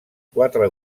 quatre